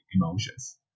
emotions